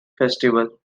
festival